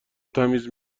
تمیز